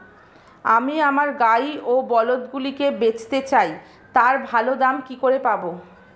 আমি আমার গাই ও বলদগুলিকে বেঁচতে চাই, তার ভালো দাম কি করে পাবো?